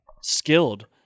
skilled